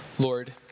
Lord